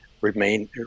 Remain